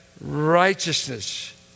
righteousness